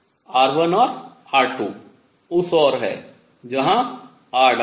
r1 और r2 उस और है जहाँ r है